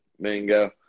mango